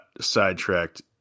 sidetracked